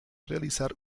realizar